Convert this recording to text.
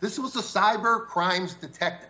this was the cyber crimes detect